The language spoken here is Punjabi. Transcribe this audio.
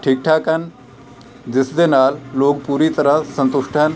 ਠੀਕ ਠਾਕ ਹਨ ਜਿਸ ਦੇ ਨਾਲ ਲੋਕ ਪੂਰੀ ਤਰ੍ਹਾਂ ਸੰਤੁਸ਼ਟ ਹਨ